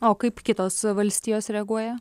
o kaip kitos valstijos reaguoja